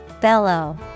Bellow